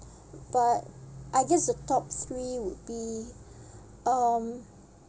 but I guess the top three would be um